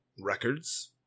records